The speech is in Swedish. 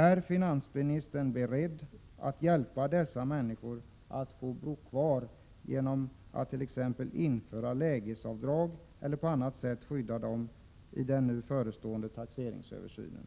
Är finansministern beredd att hjälpa dessa fastighetsägare att få bo kvar genom att t.ex. införa lägesavdrag eller på annat sätt skydda dem i den nu förestående taxeringsöversynen?